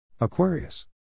Aquarius